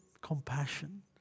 compassion